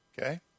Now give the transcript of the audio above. Okay